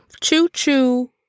Choo-choo